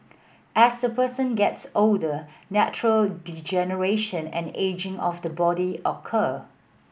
as a person gets older natural degeneration and ageing of the body occur